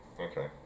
Okay